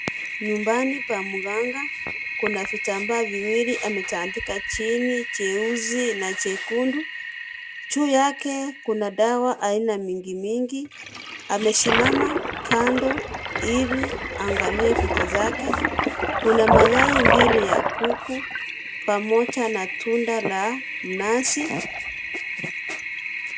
Nyumbani pa mganga. Kuna vitambaa viwili ametandika chini cheusi na chekundu. Juu yake kuna dawa aina mingi mingi. Amesimama kando ili angalie vitu zake. Kuna mayai mbili ya kuku pamoja na tunda la mnazi.